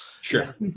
Sure